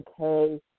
okay